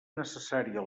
necessària